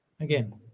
Again